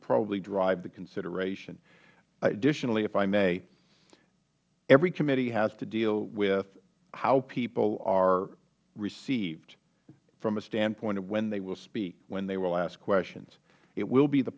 probably drive the consideration additionally if i may every committee has to deal with how people are received from a standpoint of when they will speak when they will ask questions it will be the